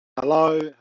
hello